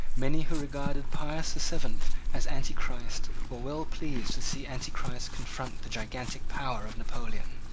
many who regarded pius the seventh as antichrist were well pleased to see antichrist confront the gigantic power of napoleon.